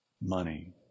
money